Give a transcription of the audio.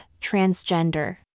Transgender